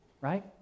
Right